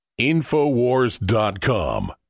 Infowars.com